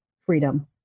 freedom